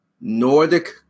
Nordic